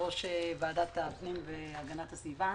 כיושבת-ראש ועדת הפנים והגנת הסביבה.